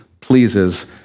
pleases